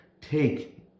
take